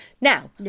Now